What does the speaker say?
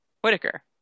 Whitaker